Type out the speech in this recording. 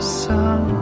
sun